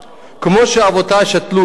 כמו שאבותי שתלו לי,